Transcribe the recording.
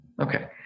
Okay